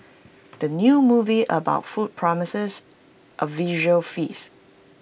the new movie about food promises A visual feast